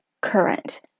current